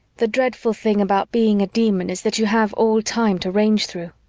the dreadful thing about being a demon is that you have all time to range through,